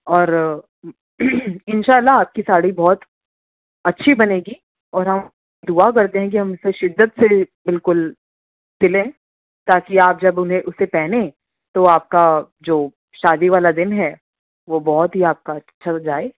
اور انشاء اللہ آپ کی ساڑی بہت اچھی بنے گی اور ہم دعا کرتے ہیں کہ ہم اسے شدت سے بالکل سلیں تاکہ آپ جب انہیں اسے پہنیں تو آپ کا جو شادی والا دن ہے وہ بہت ہی آپ کا اچھا جائے